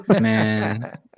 Man